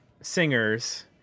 singers –